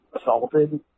assaulted